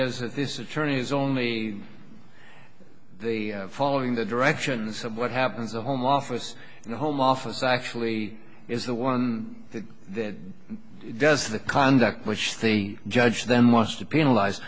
is that this attorney is only following the directions of what happens the home office and the home office actually is the one that does the conduct which the judge then wants to penalize